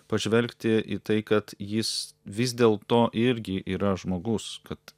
pažvelgti į tai kad jis vis dėl to irgi yra žmogus kad